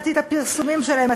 מצאתי את הפרסומים שלהם,